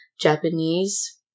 Japanese